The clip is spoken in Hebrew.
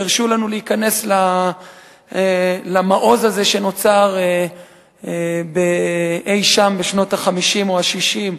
שהרשו לנו להיכנס למעוז הזה שנוצר אי-שם בשנות ה-50 או ה-60,